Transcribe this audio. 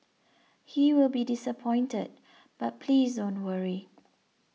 he will be disappointed but please don't worry